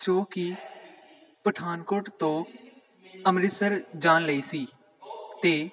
ਜੋ ਕਿ ਪਠਾਨਕੋਟ ਤੋਂ ਅੰਮ੍ਰਿਤਸਰ ਜਾਣ ਲਈ ਸੀ ਅਤੇ